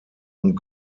und